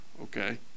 okay